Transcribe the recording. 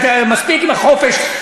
מספיק עם החופש.